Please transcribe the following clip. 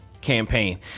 campaign